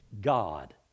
God